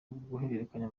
guhererekanya